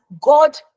God